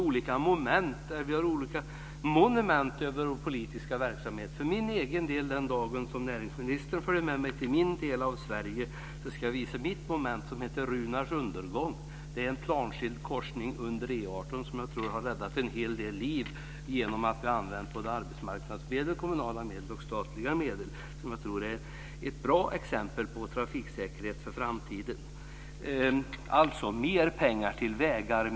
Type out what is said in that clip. Vi har olika monument över vår politiska verksamhet. Om näringsministern följer med mig till min del av Sverige ska jag visa mitt monument, som heter Runars undergång. Det är en planskild korsning under E 18 som jag tror har räddat en hel del liv. Där har man använt både arbetsmarknadsmedel, kommunala medel och statliga medel. Jag tror att det är ett bra exempel på trafiksäkerhet för framtiden. Alltså: Mer pengar till vägar!